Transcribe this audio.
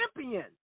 champion